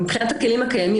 מבחינת הכלים הקיימים,